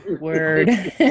word